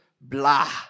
blah